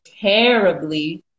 terribly